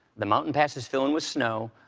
the mountain passes fill in with snow.